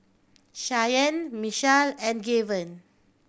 Shyanne Mechelle and Gaven